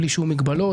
בלי שום מגבלות,